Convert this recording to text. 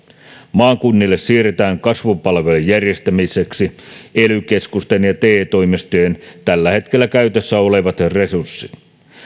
maakunnille siirretään kasvupalvelujen järjestämiseksi ely keskusten ja te toimistojen tällä hetkellä käytössä olevat resurssit